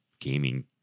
gaming